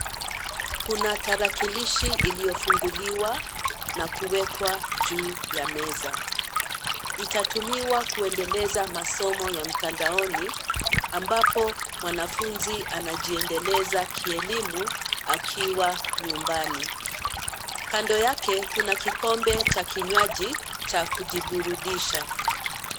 Kuna tarakilishi iliyofunguliwa na kuwekwa juu ya meza. Itatumiwa kuendeleza masomo ya mtandaoni ambapo mwanafunzi anajiendeleza kielimu akiwa nyumbani. Kando yake kuna kikombe cha kinywaji cha kujiburudisha.